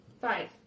Five